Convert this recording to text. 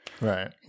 Right